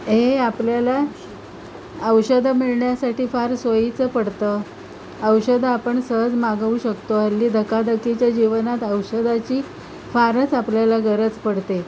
हे आपल्याला औषधं मिळण्यासाठी फार सोयीचं पडतं औषधं आपण सहज मागवू शकतो हल्ली धकाधकीच्या जीवनात औषधाची फारच आपल्याला गरज पडते